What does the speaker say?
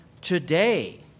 today